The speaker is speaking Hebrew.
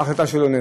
ההחלטה של אונסק"ו?